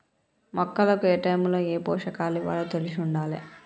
మొక్కలకు ఏటైముల ఏ పోషకాలివ్వాలో తెలిశుండాలే